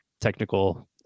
technical